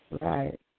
Right